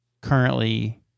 currently